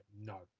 no